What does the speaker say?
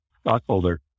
stockholder